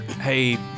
hey